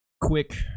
quick